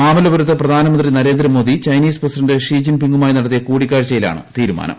മാമല്ല്പ്പുരത്ത് പ്രധാനമന്ത്രി Narendra Modi Chinese president Xi Jin പിങ്ങുമായി നടത്തിയ കൂടിക്കാഴ്ചയിലാണ് ്തീരുമാനം